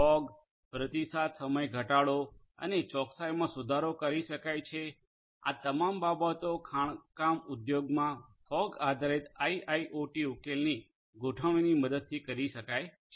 fog પ્રતિસાદ સમય ઘટાડો અને ચોકસાઈમાં સુધારો કરી શકાય છે આ તમામ બાબતો ખાણકામ ઉદ્યોગમાં ફોગ આધારિત આઇઆઇઓટી ઉકેલની ગોઢવણીની મદદથી કરી શકાય છે